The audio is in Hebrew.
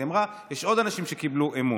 ואז היא אמרה: יש עוד אנשים שקיבלו אמון.